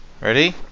Ready